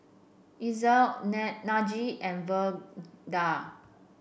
Najee and Verda